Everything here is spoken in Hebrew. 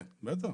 כן, בטח.